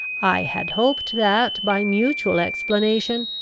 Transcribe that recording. i had hoped that, by mutual explanation,